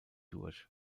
durch